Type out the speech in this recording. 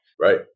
Right